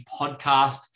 podcast